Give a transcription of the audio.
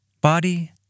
Body